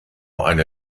eine